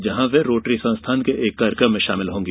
जहां वे रोटरी संस्थान के एक कार्यक्रम में शामिल होंगी